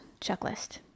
checklist